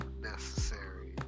Necessary